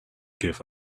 give